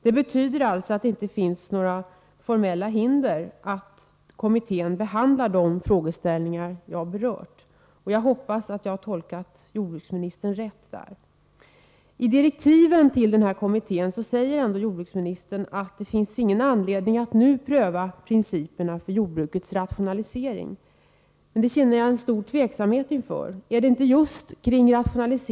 Det betyder alltså att det inte finns några formella hinder för att den livsmedelspolitiska kommittén behandlar de frågeställningar jag berört. Jag hoppas att jag tolkat jordbruksministern rätt. I direktiven till kommittén anför jordbruksministern, att det inte finns anledning att nu pröva principerna för jordbrukets rationalisering. Detta känner jag stor tveksamhet inför. Är det inte just där problemet finns?